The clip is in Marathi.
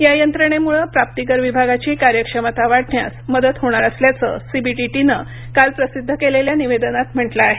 या यंत्रणेमुळं प्राप्तीकर विभागाची कार्यक्षमता वाढण्यास मदत होणार असल्याचं सी बी डी टी नं काल प्रसिद्ध केलेल्या निवेदनात म्हटलं आहे